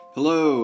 Hello